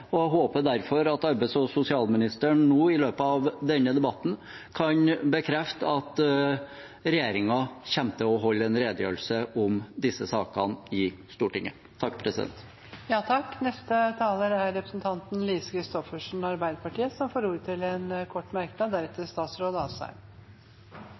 og jeg håper derfor at arbeids- og sosialministeren nå, i løpet av denne debatten, kan bekrefte at regjeringen kommer til å holde en redegjørelse om disse sakene i Stortinget. Representanten Lise Christoffersen har hatt ordet to ganger tidligere og får ordet til en kort merknad,